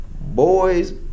boys